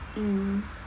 mm